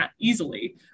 easily